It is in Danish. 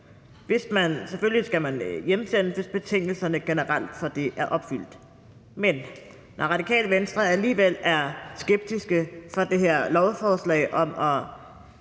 Selvfølgelig skal man hjemsendes, hvis betingelserne for det generelt er opfyldt. Men når Radikale Venstre alligevel er skeptisk over for det her lovforslag om at